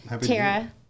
Tara